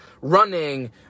running